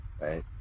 right